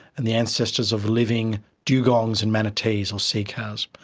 and the ancestors of living dugongs and manatees or sea cows,